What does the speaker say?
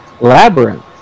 Labyrinth